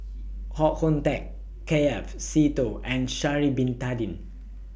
Koh Hoon Teck K F Seetoh and Sha'Ari Bin Tadin